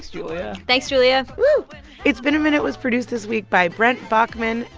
julia thanks, julia whew it's been a minute was produced this week by brent baughman,